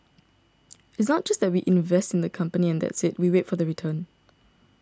it's not just that we invest in the company and that's it we wait for the return